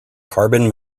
carbon